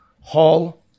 Hall